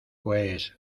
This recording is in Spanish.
pues